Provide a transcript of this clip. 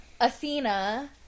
Athena